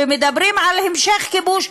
ומדברים על המשך כיבוש,